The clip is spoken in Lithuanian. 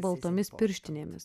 baltomis pirštinėmis